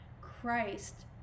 christ